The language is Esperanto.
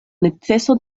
neceso